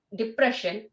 depression